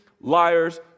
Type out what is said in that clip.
liars